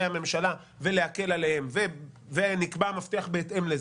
הממשלה ולהקל עליהם ונקבע מפתח בהתאם לזה.